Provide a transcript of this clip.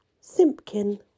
Simpkin